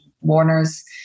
Warner's